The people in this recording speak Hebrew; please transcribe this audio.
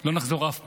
לא נחזור אף פעם,